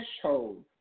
threshold